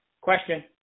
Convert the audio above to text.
Question